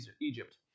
Egypt